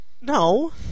No